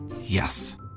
Yes